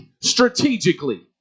strategically